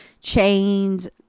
chains